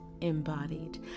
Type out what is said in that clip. embodied